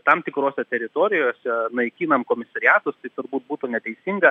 tam tikrose teritorijose naikinam komisariatus tai turbūt būtų neteisinga